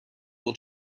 will